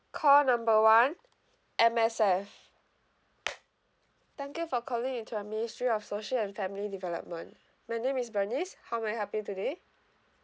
call number one M_S_F thank you for calling into a ministry of social and family development my name is bernice how may I help you today